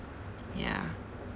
ya